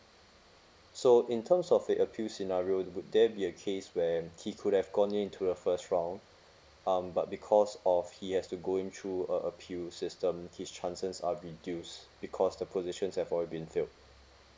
so in terms of the appeal scenario would there be a case when he could have gone in into a first round um but because of he has to go in through a appeal system his chances are reduce because the position set for all been to